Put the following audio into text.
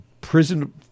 prison